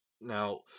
Now